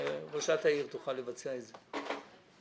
וראשת העיר תוכל לבצע את זה.